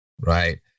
Right